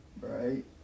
Right